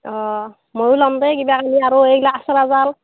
অ' মইও ল'ম দে কিবা কিবি